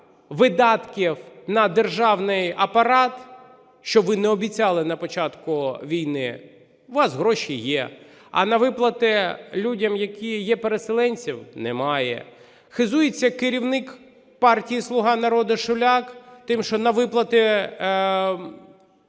видатків на державний апарат, що ви не обіцяли на початку війни, у вас гроші є, а на виплати людям, які є переселенцями, немає. Хизується керівник партії "Слуга народу" Шуляк тим, що на виплати